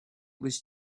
was